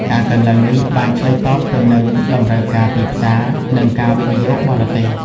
ការកើនឡើងនេះបានឆ្លើយតបទៅនឹងតម្រូវការទីផ្សារ និងការវិនិយោគបរទេស។